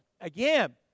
again